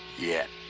yet.